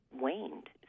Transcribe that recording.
waned